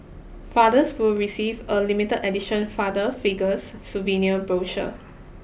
fathers will receive a limited edition Father Figures souvenir brochure